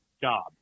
job